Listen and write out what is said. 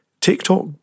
TikTok